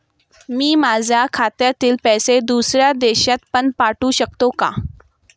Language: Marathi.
मी माझ्या खात्यातील पैसे दुसऱ्या देशात पण पाठवू शकतो का?